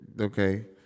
okay